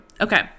Okay